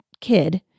kid